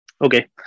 Okay